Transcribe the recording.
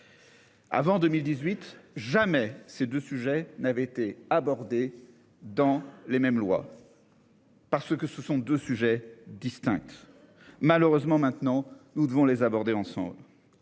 Avant 2018, jamais ces 2 sujets n'avait été abordée dans les mêmes lois.-- Parce que ce sont deux sujets distinctes. Malheureusement, maintenant, nous devons les aborder ensemble.